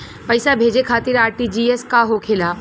पैसा भेजे खातिर आर.टी.जी.एस का होखेला?